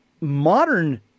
modern